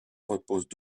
reposent